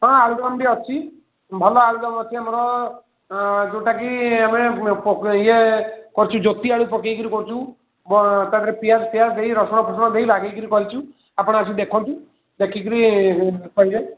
ହଁ ଆଳୁଦମ୍ ବି ଅଛି ଭଲ ଆଳୁଦମ୍ ଅଛି ଆମର ଯେଉଁଟାକି ଏବେ ଇଏ ଜୋତିଆଳୁ ପକେଇକି କରୁଛୁ ତାପରେ ପିଆଜଫିଆଜ ଦେଇ ରସୁଣଫସୁଣ ଦେଇ ବାଗେଇକିରି କରିଛୁ ଆପଣ ଆସି ଦେଖନ୍ତୁ ଦେଖିକିରି କହିବେ ଆଉ